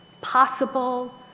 possible